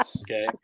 Okay